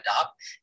adopt